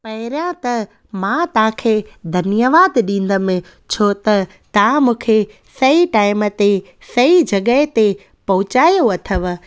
पहिरियां त मां तव्हांखे धन्यवादु ॾींदमि छो त तव्हां मूंखे सही टाइम ते सही जॻह ते पहुचायो अथव